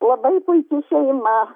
labai puiki šeima